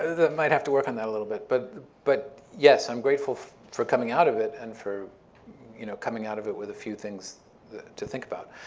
might have to work on that a little bit. but but yes, i'm grateful for coming out of it and for you know coming out of it with a few things to think about.